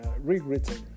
rewritten